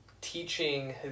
teaching